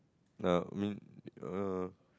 err I mean err